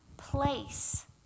place